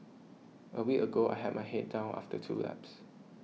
a week ago I had my head down after two laps